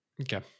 Okay